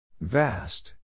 Vast